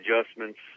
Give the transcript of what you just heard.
adjustments